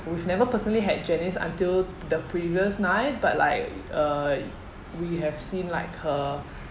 we've never personally had janice until the previous night but like uh we have seen like her